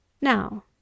Now